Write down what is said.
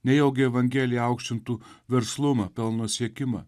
nejaugi evangelija aukštintų verslumą pelno siekimą